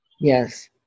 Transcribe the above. Yes